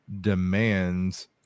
demands